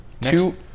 two